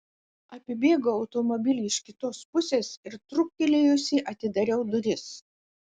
apibėgau automobilį iš kitos pusės ir trūktelėjusi atidariau duris